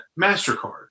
MasterCard